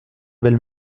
belle